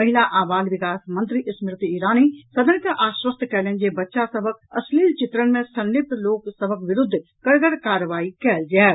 महिला आ बाल विकास मंत्री स्मृति ईरानी सदन के आश्वस्त कयलनि जे बच्चा सभक अश्लील चित्रण मे संलिप्त लोक सभक विरूद्ध करगड़ कार्रवाई कयल जायत